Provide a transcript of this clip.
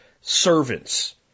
servants